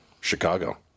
Chicago